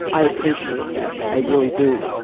i appreciate that. i really do.